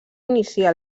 inicia